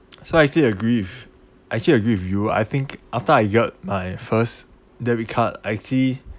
so I did agree with I actually agree with you I think after I got my first debit card I actually